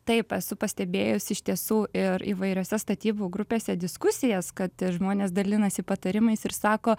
taip esu pastebėjusi iš tiesų ir įvairiose statybų grupėse diskusijas kad žmonės dalinasi patarimais ir sako